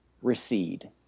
recede